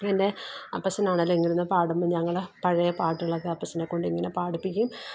എന്റെ അപ്പച്ചനാണേലും ഇങ്ങനെയിരുന്നു പാടുമ്പോൾ ഞങ്ങൾ പഴയ പാട്ടുകളൊക്കെ അപ്പച്ചനെ കൊണ്ട് ഇങ്ങനെ പാടിപ്പിക്കും